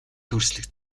дүрслэх